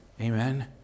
Amen